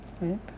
Right